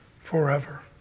forever